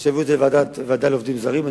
לוועדה לעובדים זרים.